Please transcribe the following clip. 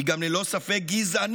היא גם ללא ספק גזענית